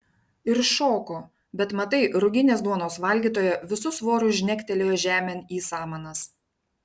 ir šoko bet matai ruginės duonos valgytoja visu svoriu žnegtelėjo žemėn į samanas